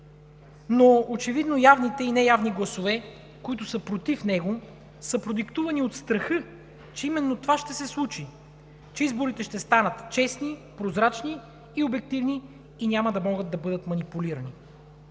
Но очевидно явните и неявни гласове, които са против него, са продиктувани от страха, че именно това ще се случи – че изборите ще станат честни, прозрачни и обективни и няма да могат да бъдат манипулирани.